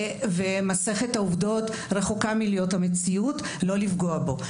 ומסכת העובדות רחוקה מלהיות המציאות לא לפגוע בו.